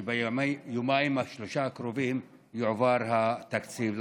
שביומיים-שלושה הקרובים יועבר התקציב לרשויות.